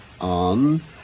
on